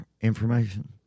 information